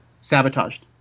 sabotaged